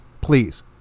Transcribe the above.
Please